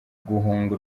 guhunga